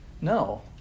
no